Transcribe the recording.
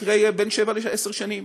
יקרה ב-7 10 שנים.